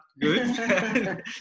good